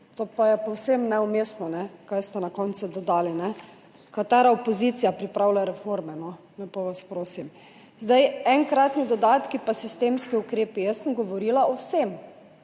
to pa je povsem neumestno, kaj ste na koncu dodali. Katera opozicija pripravlja reforme, no, lepo vas prosim. Enkratni dodatki in sistemski ukrepi, jaz sem govorila o vsem,